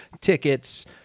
tickets